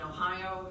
Ohio